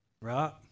Right